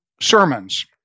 sermons